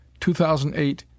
2008